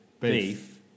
beef